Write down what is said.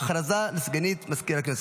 הודעה לסגנית מזכיר הכנסת.